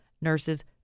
nurses